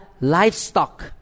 livestock